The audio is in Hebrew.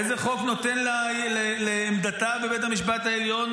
איזה חוק נותן לעמדתה בבית המשפט העליון